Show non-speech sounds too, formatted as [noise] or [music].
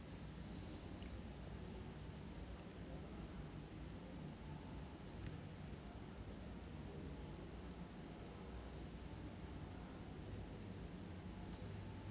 [breath]